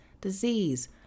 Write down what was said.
disease